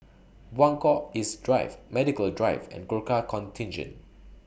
Buangkok East Drive Medical Drive and Gurkha Contingent